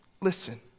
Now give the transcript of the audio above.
listen